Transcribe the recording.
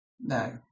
No